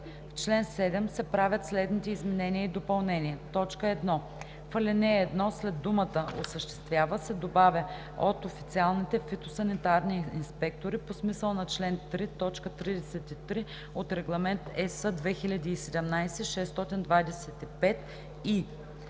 В чл. 7 се правят следните изменения и допълнения: 1. В ал. 1 след думата „осъществява“ се добавя „от официалните фитосанитарни инспектори по смисъла на чл. 3, т. 33 от Регламент (EС) 2017/625 и“;